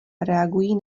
reagují